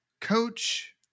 Coach